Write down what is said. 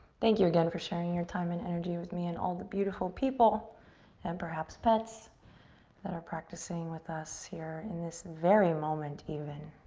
thank you again for sharing your time and energy with me and all the beautiful people and perhaps pets that are practicing with us here in this very moment even.